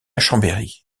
chambéry